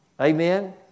Amen